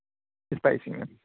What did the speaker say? spicing میں